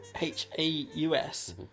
H-A-U-S